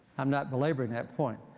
i'm not belaboring that point.